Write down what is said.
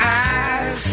eyes